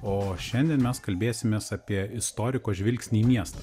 o šiandien mes kalbėsimės apie istoriko žvilgsnį į miestą